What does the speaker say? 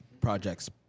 projects